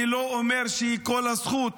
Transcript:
אני לא אומר שהיא כל הזכות,